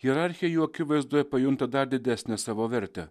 hierarchija jų akivaizdoje pajunta dar didesnę savo vertę